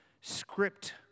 script